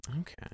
Okay